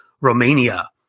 Romania